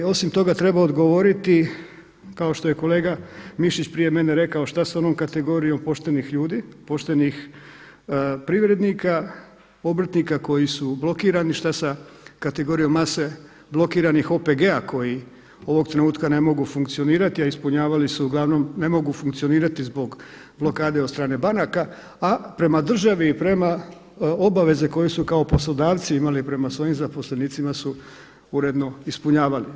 Osim toga treba odgovoriti kao što je kolega Mišić prije mene rekao šta sa onom kategorijom poštenih ljudi, poštenih privrednika, obrtnika koji su blokirani, šta sa kategorijom mase blokiranih OPG-a koji ovog trenutka ne mogu funkcionirati, a ispunjavali su, uglavnom ne mogu funkcionirati zbog blokade od strane banaka a prema državi i prema obaveze koje su kao poslodavci imali prema svojim zaposlenicima su uredno ispunjavali.